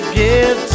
give